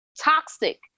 toxic